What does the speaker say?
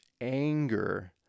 anger